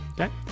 Okay